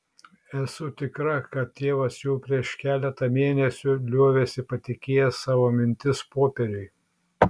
esu tikra kad tėvas jau prieš keletą mėnesių liovėsi patikėjęs savo mintis popieriui